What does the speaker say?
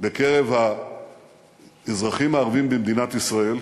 בקרב האזרחים הערבים במדינת ישראל,